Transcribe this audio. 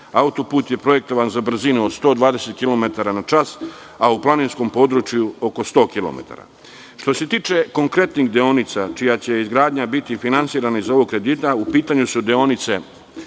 Autoput je projektovan za brzinu od 120 kilometara na čas, a u planinskom području oko 100 kilometara. Što se tiče konkretnih deonica, čija će izgradnja biti finansirana iz ovog kredita, u pitanju su deonice: